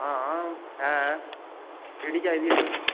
आं ऐ केह्ड़ी चाहिदी ऐ थुहानू